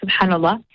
subhanAllah